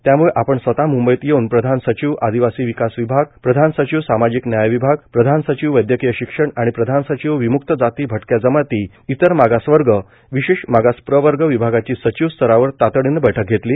त्यामूळे आपण स्वतः मूंबईत येऊन प्रधान सचिव आदिवासी विकास विभाग प्रधान सचिव सामाजिक न्याय विभाग प्रधान सचिव वैदयकीय शिक्षण व प्रधान सचिव विमुक्त जाती भटक्या जमाती इतर मागासवर्ग व विशेष मागास प्रवर्ग विभागाची सचिव स्तरावर तातडीने बैठक घेतली